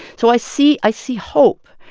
so i see i see hope.